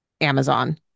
Amazon